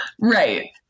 right